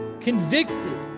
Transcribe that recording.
convicted